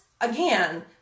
again